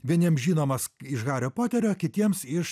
vieniems žinomas iš hario poterio kitiems iš